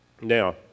now